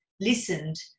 listened